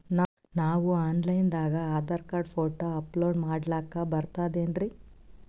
ನಾವು online ದಾಗ Aadhaar card, photo upload ಮಾಡ್ಲಕ ಬರ್ತದೇನ್ರಿ?